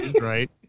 Right